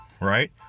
right